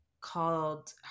called